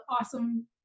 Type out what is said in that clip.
awesome